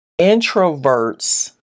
introverts